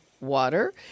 Water